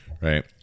Right